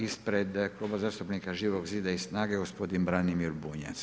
Ispred Kluba zastupnika Živog zida i SNAGA-e gospodin Branimir Bunjac.